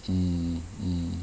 mm mm